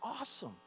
awesome